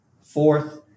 Fourth